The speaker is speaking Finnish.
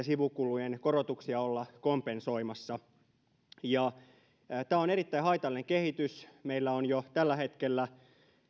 sivukulujen korotuksia olla kompensoimassa tämä on erittäin haitallinen kehitys meillä on jo tällä hetkellä